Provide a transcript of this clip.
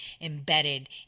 embedded